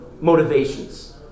motivations